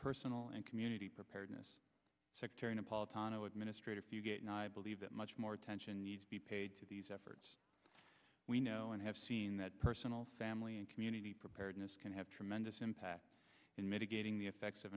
personal and community preparedness secretary napolitano administrator fugate ny believe that much more attention needs be paid to these efforts we know and have seen that personal family and community preparedness can have tremendous impact in mitigating the effects of